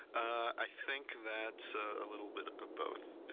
i think that's a little bit of both.